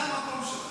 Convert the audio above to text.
זה המקום שלך.